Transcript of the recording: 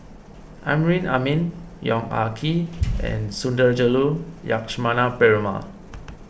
Amrin Amin Yong Ah Kee and Sundarajulu Lakshmana Perumal